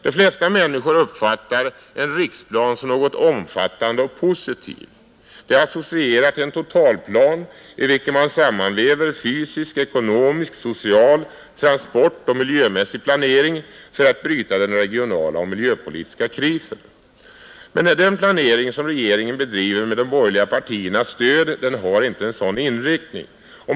De flesta människor uppfattar en riksplan som något omfattande och positivt. Det associerar till en totalplan i vilken man sammanväver fysisk, ekonomisk, social, transportoch miljömässig planering för att bryta den regionala och miljöpolitiska krisen. Men den planering som regeringen bedriver med de borgerliga partiernas stöd har inte en sådan inriktning.